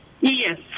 Yes